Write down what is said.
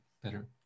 better